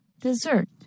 dessert